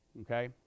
Okay